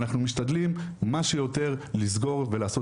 אנחנו משתדלים כמה שיותר לסגור ולעשות